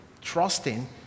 trusting